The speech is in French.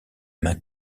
mains